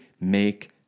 make